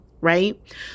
right